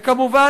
וכמובן,